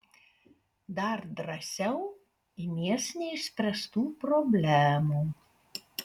dar drąsiau imies neišspręstų problemų